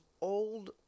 old